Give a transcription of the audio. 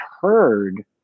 heard